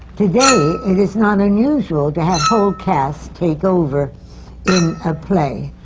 today, it is not unusual to have whole casts take over in a play.